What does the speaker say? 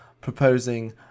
proposing